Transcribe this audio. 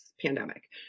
pandemic